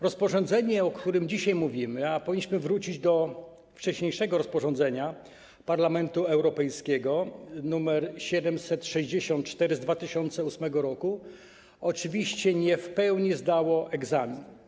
Rozporządzenie, o którym dzisiaj mówimy - a powinniśmy wrócić do wcześniejszego rozporządzenia Parlamentu Europejskiego nr 764 z 2008 r. - oczywiście nie w pełni zdało egzamin.